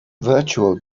virtual